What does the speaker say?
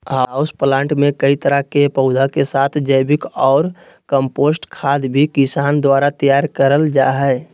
house plant मे कई तरह के पौधा के साथ जैविक ऑर कम्पोस्ट खाद भी किसान द्वारा तैयार करल जा हई